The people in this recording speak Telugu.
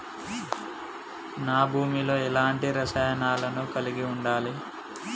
నా భూమి లో ఎలాంటి రసాయనాలను కలిగి ఉండాలి?